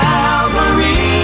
Calvary